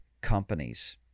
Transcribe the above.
companies